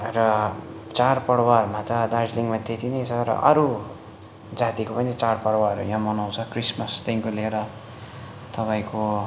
र चाडपर्वहरूमा त दार्जिलिङमा त्यति नै छ र अरू जातिको पनि चाडपर्वहरू यहाँ मनाउँछ क्रिसमसदेखि लिएर तपाईँको